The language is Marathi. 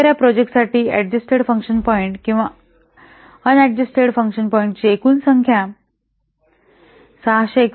तर या प्रोजेक्ट साठी अडजस्टेड फंकशन पॉईंट किंवा अडजस्टेडफंक्शन पॉइंट्सची एकूण संख्या 661